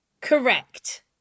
correct